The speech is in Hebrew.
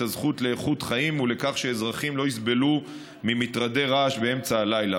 הזכות לאיכות חיים ולכך שאזרחים לא יסבלו ממטרדי רעש באמצע הלילה.